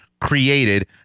created